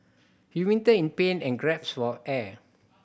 he writhed in pain and gasped for air